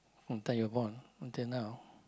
until you are born until now